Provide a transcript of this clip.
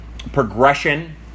Progression